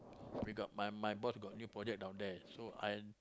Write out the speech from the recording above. we got my my boss got new project down there so I